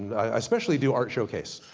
i especially do art showcase.